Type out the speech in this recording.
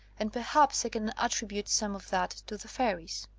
and perhaps i can attribute some of that to the fairies